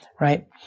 right